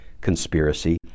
conspiracy